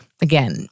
Again